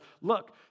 Look